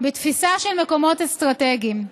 בתפיסה של מקומות אסטרטגיים.